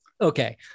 Okay